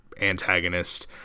antagonist